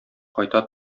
кайта